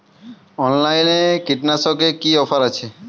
অনলাইনে কীটনাশকে কি অফার আছে?